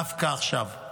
דווקא עכשיו.